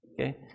Okay